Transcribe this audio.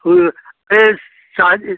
हूँ ए शादी